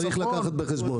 צריך לקחת בחשבון.